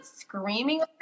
screaming